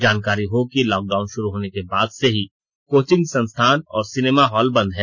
जानकारी हो कि लॉकडाउन शुरू होने के बाद से ही कोचिंग संस्थान और सिनेमा हॉल बंद है